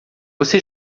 você